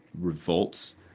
revolts